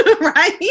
right